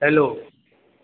hello